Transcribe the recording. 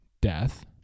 death